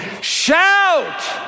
shout